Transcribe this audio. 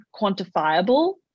quantifiable